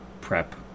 prep